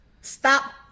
Stop